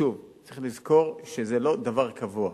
שוב, צריך לזכור שזה לא דבר קבוע.